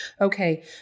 Okay